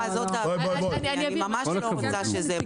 אני ממש לא רוצה שזה מה שיהיה.